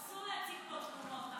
אסור להציג פה תמונות,